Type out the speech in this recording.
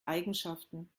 eigenschaften